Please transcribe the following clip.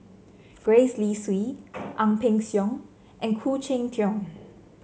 Gwee Li Sui Ang Peng Siong and Khoo Cheng Tiong